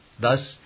thus